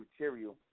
material